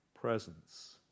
presence